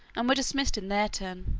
and were dismissed in their turn.